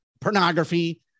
pornography